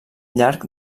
llarg